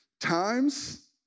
times